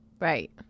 Right